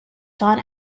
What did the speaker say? john